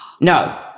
no